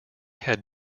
had